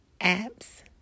apps